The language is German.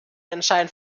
anscheinend